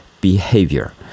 behavior